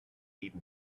even